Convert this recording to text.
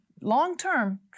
long-term